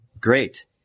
Great